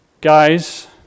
Guys